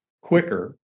quicker